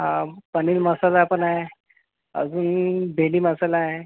हां पनीर मसाला पण आहे अजून भेंडी मसाला आहे